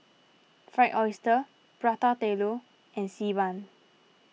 Fried Oyster Prata Telur and Xi Ban